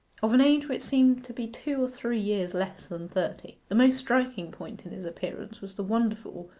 of an age which seemed to be two or three years less than thirty. the most striking point in his appearance was the wonderful,